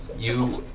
you,